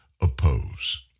oppose